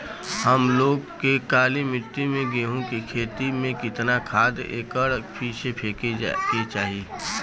हम लोग के काली मिट्टी में गेहूँ के खेती में कितना खाद एकड़ पीछे फेके के चाही?